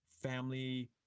family